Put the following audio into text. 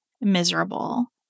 miserable